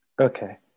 Okay